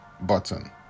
button